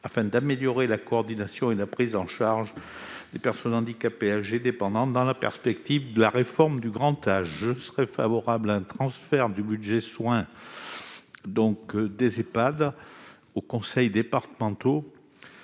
s'agit d'améliorer la coordination et la prise en charge des personnes handicapées, âgées et dépendantes, dans la perspective de la réforme du grand âge. Je suis favorable à un transfert du budget soins- autrement dit, des Ehpad -aux conseils départementaux,